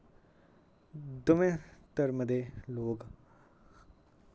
दवैं धर्म दे लोक